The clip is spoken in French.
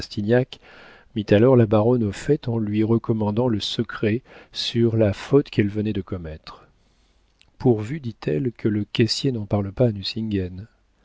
mit alors la baronne au fait en lui recommandant le secret sur la faute qu'elle venait de commettre pourvu dit-elle que le caissier n'en parle pas à